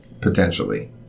potentially